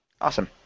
Awesome